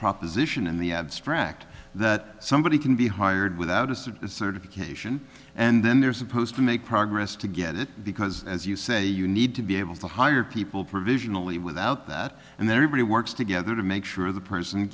proposition in the abstract that somebody can be hired without a certification and then there's supposed to make progress to get it because as you say you need to be able to hire people provisionally without that and then everybody works together to make sure the person